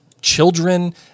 children